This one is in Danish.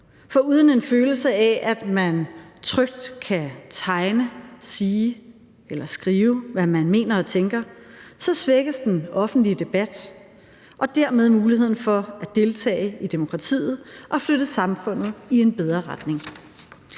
for uden en følelse af, at man trygt kan tegne, sige eller skrive, hvad man mener og tænker, så svækkes den offentlige debat og dermed muligheden for at deltage i demokratiet og flytte samfundet i en bedre retning.